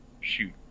shoot